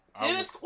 Dennis